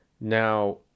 Now